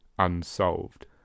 unsolved